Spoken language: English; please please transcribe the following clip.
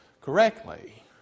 correctly